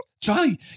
Johnny